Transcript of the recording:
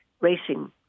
racing